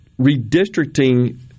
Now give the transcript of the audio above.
redistricting